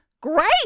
great